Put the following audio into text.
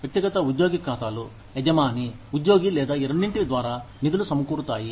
వ్యక్తిగత ఉద్యోగి ఖాతాలు యజమాని ఉద్యోగి లేదా ఈ రెండింటి ద్వారా నిధులు సమకూరుతాయి